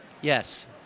yes